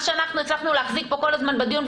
מה שאנחנו הצלחנו להחזיק פה כל הזמן בדיון,